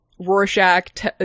rorschach